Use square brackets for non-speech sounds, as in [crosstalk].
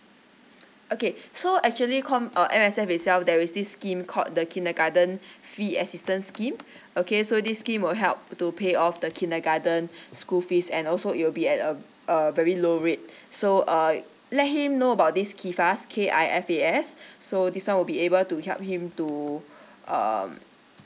okay so actually com~ uh M_S_F itself there is this scheme called the kindergarten [breath] fee assistance scheme okay so this scheme will help to pay off the kindergarten [breath] school fees and also it will be at a uh very low rate so uh let him know about this kifas K_I_F_A_S [breath] so this one will be able to help him to [breath] um